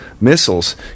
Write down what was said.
missiles